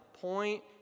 Point